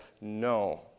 no